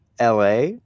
la